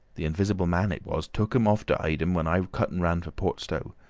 the invisible man it was took em off to hide em when i cut and ran for port stowe.